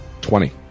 Twenty